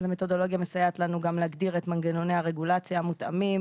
אז המתודולוגיה מסייעת לנו גם להגדיר את מנגנוני הרגולציה המותאמים,